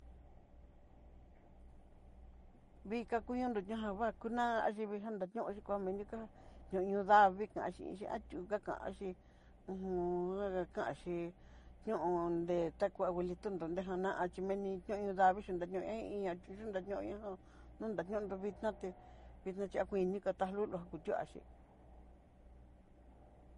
Vika kuñondó ñajan va'a kuná ayivii jantá kú xhikoan miniká ñoño davii, kanxhinxí atiú kakanxhí uju naña kanxhí ñión detá ká abuelitó nró nrejana'a ché meni ñoño davii xhinrió, ne ne inña xhí yunra ñoño jom nriuña ñoño vid'naté xhi achiá kuin ní kata lulu kutuaxhí.